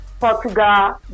Portugal